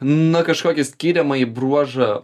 nu kažkokį skiriamąjį bruožą